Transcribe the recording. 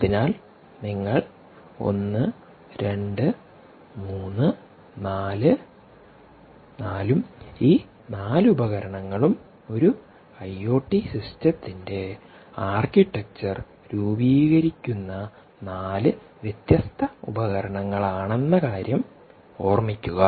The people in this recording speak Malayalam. അതിനാൽ നിങ്ങൾ 1 2 3 4ഉം ഈ 4 ഉപകരണങ്ങളും ഒരു ഐഒടി സിസ്റ്റത്തിന്റെ ആർക്കിടെക്ചർ രൂപീകരിക്കുന്ന 4 വ്യത്യസ്ത ഉപകരണങ്ങൾ ആണെന്ന കാര്യം ഓർമ്മിക്കുക